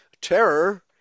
terror